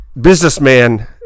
businessman